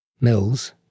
Mills